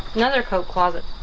another coat closet